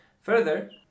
Further